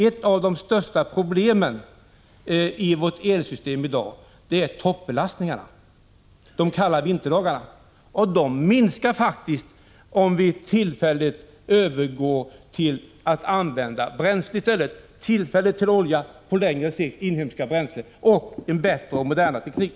Ett av de största problemen i dag är toppbelastningarna under kalla vinterdagar. Toppbelastningarna minskar faktiskt om vi tillfälligt övergår till att använda inhemska bränslen och en bättre och modernare teknik.